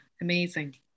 amazing